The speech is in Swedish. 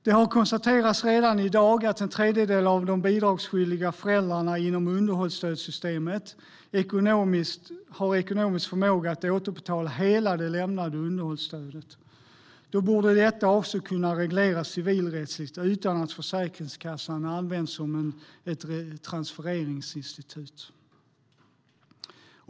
Det har konstaterats att en tredjedel av de bidragsskyldiga föräldrarna inom underhållsstödssystemet redan i dag har ekonomisk förmåga att återbetala hela det lämnade underhållsstödet. Då borde detta också kunna regleras civilrättsligt utan att Försäkringskassan används som transfereringsinstitut.